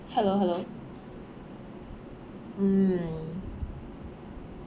hello hello mm